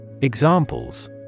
Examples